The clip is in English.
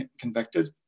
convicted